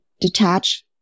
detach